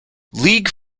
league